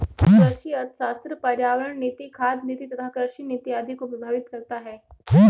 कृषि अर्थशास्त्र पर्यावरण नीति, खाद्य नीति तथा कृषि नीति आदि को प्रभावित करता है